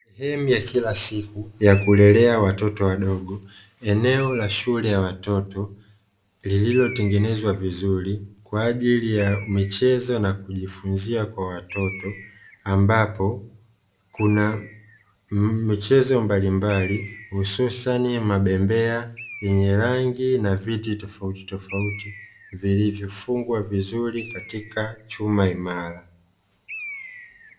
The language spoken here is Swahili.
Sehemu ya kila siku ya kulelea watoto wadogo, eneo la shule ya watoto lililotengenezwa vizuri kwa ajili ya michezo na kujifunzia kwa watoto, ambapo kuna michezo mbalimbali hususani mabembea yenye rangi na viti tofautitofauti vilivyofungwa vizuri katika chuma imara.